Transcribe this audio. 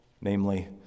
namely